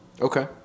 Okay